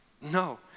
No